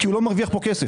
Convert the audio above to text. כי הוא לא מרוויח פה כסף.